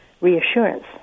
reassurance